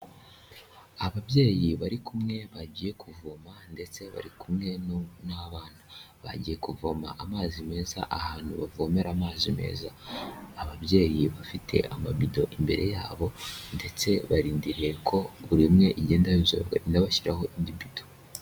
Ababyeyi bari kumwe bagiye kuvoma ndetse bari kumwe n'abana. Bagiye kuvoma amazi meza ahantu bavomera amazi meza. Ababyeyi bafite amabido imbere yabo ndetse barindiriye ko buri imwe igenda yuzura bakagenda bashyiraho indi bido.